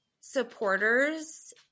supporters